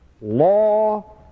law